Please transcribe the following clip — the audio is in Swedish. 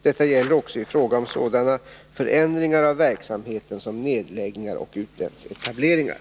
Detta gäller också i fråga om sådana förändringar av verksamheten som nedläggningar och utlandsetableringar.